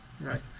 Right